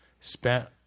Spent